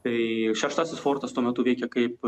tai šeštasis fortas tuo metu veikė kaip